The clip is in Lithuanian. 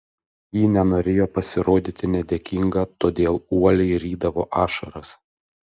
ji nenorėjo pasirodyti nedėkinga todėl uoliai rydavo ašaras